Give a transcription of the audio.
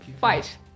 Fight